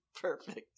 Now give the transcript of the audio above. Perfect